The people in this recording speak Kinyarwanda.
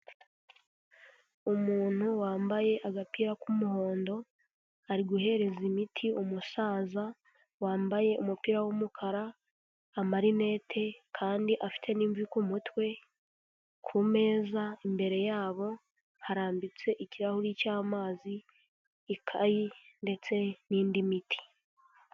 Umuntu wambaye agapira k'umuhondo ari guhereza imiti umusaza, wambaye umupira w'umukara, amarinete kandi afite n'imvi ku mutwe, ku meza imbere yabo harambitse ikirahuri cy'amazi, ikayi ndetse n'indi miti.